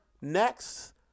next